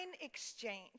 exchange